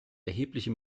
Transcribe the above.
erhebliche